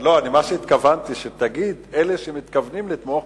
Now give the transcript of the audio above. מה שהתכוונתי הוא שתגיד: אלה שמתכוונים לתמוך,